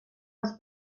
als